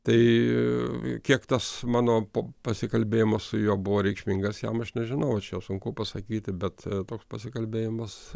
tai kiek tas mano po pasikalbėjimas su juo buvo reikšmingas jam aš nežinau sunku pasakyti bet toks pasikalbėjimas